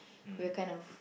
we're kind of